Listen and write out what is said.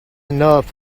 enough